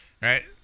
Right